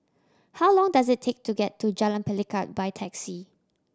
how long does it take to get to Jalan Pelikat by taxi